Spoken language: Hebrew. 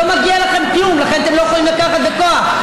לא מגיע לכם כלום, לכן אתם לא יכולים לקחת בכוח.